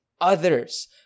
others